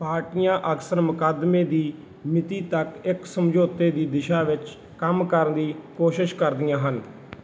ਪਾਰਟੀਆਂ ਅਕਸਰ ਮੁਕੱਦਮੇ ਦੀ ਮਿਤੀ ਤੱਕ ਇੱਕ ਸਮਝੌਤੇ ਦੀ ਦਿਸ਼ਾ ਵਿੱਚ ਕੰਮ ਕਰਨ ਦੀ ਕੋਸ਼ਿਸ਼ ਕਰਦੀਆਂ ਹਨ